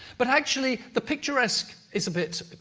but actually, the picturesque is a bit